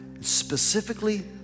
Specifically